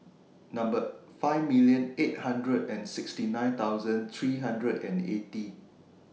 Number five million eight hundred and sixty nine thousand three hundred and eighty